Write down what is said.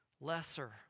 lesser